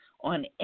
on